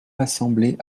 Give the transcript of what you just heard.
l’assemblée